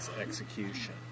execution